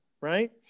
right